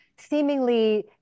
seemingly